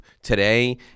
Today